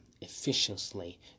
efficiently